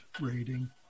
rating